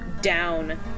down